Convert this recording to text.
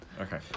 Okay